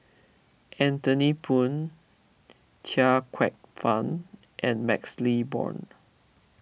Anthony Poon Chia Kwek Fah and MaxLe Blond